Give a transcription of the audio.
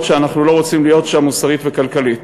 שאנחנו לא רוצים להיות בהם מוסרית וכלכלית.